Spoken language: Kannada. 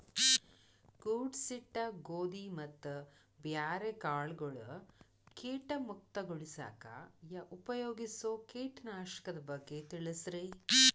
ಕೂಡಿಸಿಟ್ಟ ಗೋಧಿ ಮತ್ತ ಬ್ಯಾರೆ ಕಾಳಗೊಳ್ ಕೇಟ ಮುಕ್ತಗೋಳಿಸಾಕ್ ಉಪಯೋಗಿಸೋ ಕೇಟನಾಶಕದ ಬಗ್ಗೆ ತಿಳಸ್ರಿ